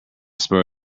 spur